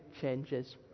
changes